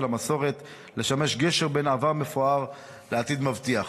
המסורת לשמש גשר בין עבר מפואר לעתיד מבטיח.